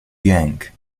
jęk